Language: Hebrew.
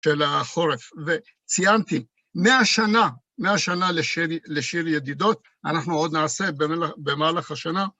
של החורף, וציינתי, מהשנה, מהשנה לשיר ידידות, אנחנו עוד נעשה במהלך השנה.